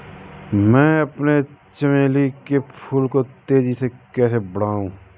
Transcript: मैं अपने चमेली के फूल को तेजी से कैसे बढाऊं?